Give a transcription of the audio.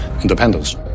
independence